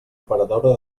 operadora